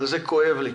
על זה כואב לי,